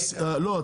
לא.